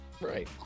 right